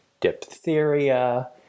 diphtheria